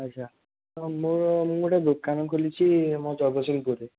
ଆଚ୍ଛା ମୋର ମୁଁ ଗୋଟେ ଦୋକାନ ଖୋଲିଛି ଆମ ଜଗତସିଂପୁରରେ